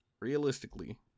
Realistically